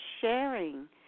sharing